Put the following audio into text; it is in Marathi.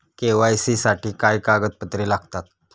के.वाय.सी साठी काय कागदपत्रे लागतात?